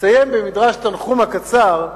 נסיים במדרש תנחומא קצר: